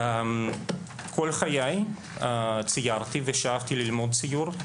כל חיי ציירתי ושאפתי ללמוד ציור,